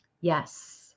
Yes